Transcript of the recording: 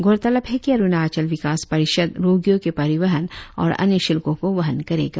गौरतलब है कि अरुणाचल विकास परिषद रोगियों के परिवहन और अन्य शुल्कों को वहन करेगा